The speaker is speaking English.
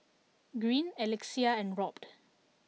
Greene Alexia and Robt